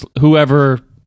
whoever